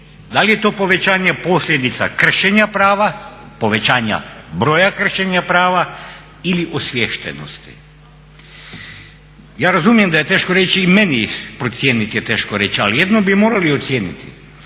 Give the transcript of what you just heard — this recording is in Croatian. da li je to povećanje posljedica kršenja prava, povećanja broja kršenja prava ili osviještenosti. Ja razumijem da je teško reći i meni procijeniti je teško reći, ali jedno bi morali ocijeniti.